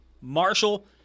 Marshall